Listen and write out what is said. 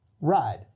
ride